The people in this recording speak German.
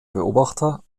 beobachter